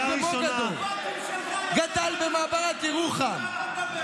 מאיר כהן, שנולד במוגדור וגדל במעברת ירוחם.